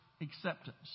acceptance